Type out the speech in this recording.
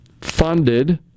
funded